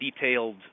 detailed